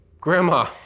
Grandma